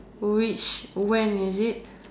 which when is it